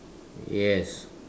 yes